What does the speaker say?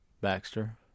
Baxter